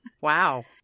Wow